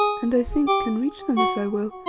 and, i think, can reach them if i will,